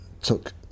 took